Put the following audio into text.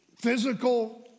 Physical